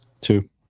two